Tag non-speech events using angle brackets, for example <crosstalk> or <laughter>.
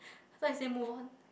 <breath> so I say move on